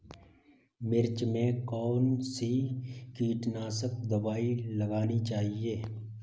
मिर्च में कौन सी कीटनाशक दबाई लगानी चाहिए?